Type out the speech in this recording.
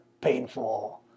painful